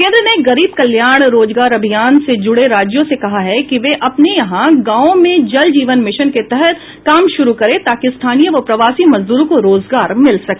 केन्द्र ने गरीब कल्याण रोजगार अभियान से जुडे राज्यों से कहा है कि वे अपने यहां गावों में जल जीवन मिशन के तहत काम शुरू करें ताकि स्थानीय व प्रवासी मजदूरों को रोजगार मिल सके